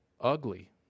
ugly